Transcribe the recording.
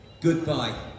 Goodbye